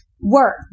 work